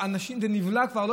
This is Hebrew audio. זה נבלע כבר.